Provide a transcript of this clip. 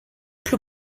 plus